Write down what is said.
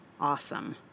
awesome